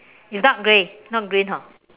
it's dark grey not green hor